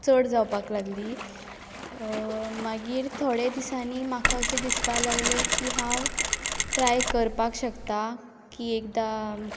चड जावपाक लागली मागीर थोडे दिसांनी म्हाका अशें दिसपा लागलें की हांव ट्राय करपाक शकता की एकदां